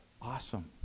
Awesome